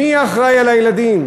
מי אחראי לילדים?